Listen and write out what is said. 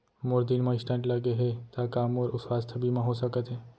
मोर दिल मा स्टन्ट लगे हे ता का मोर स्वास्थ बीमा हो सकत हे?